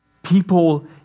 People